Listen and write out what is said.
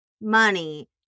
money